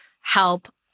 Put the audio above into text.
help